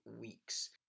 weeks